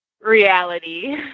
reality